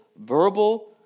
verbal